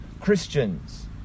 Christians